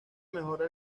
mejora